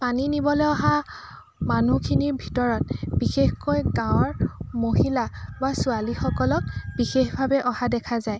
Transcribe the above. পানী নিবলৈ অহা মানুহখিনিৰ ভিতৰত বিশেষকৈ গাঁৱৰ মহিলা বা ছোৱালীসকলক বিশেষভাৱে অহা দেখা যায়